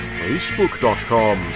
facebook.com